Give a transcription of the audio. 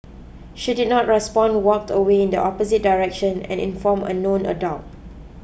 she did not respond walked away in the opposite direction and informed a known adult